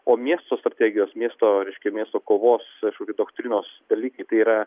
o miesto strategijos miesto reiškia miesto kovos aišku kaip doktrinos dalykai tai yra